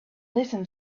listen